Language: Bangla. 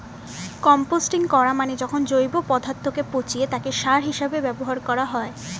কম্পোস্টিং করা মানে যখন জৈব পদার্থকে পচিয়ে তাকে সার হিসেবে ব্যবহার করা হয়